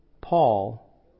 Paul